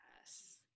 Yes